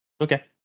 Okay